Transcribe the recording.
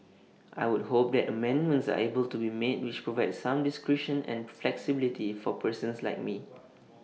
I would hope that amendments are able to be made which provide some discretion and flexibility for persons like me